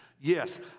yes